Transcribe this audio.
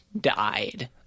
died